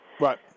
Right